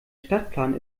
stadtplan